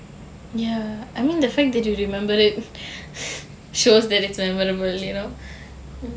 ya I mean the fact that you remember it shows that it's memorable you know